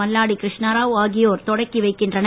மல்லாடி கிருஷ்ணாராவ் ஆகியோர் தொடக்கி வைக்கின்றனர்